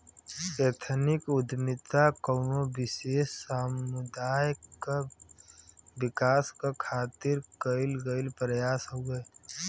ethnic उद्दमिता कउनो विशेष समुदाय क विकास क खातिर कइल गइल प्रयास हउवे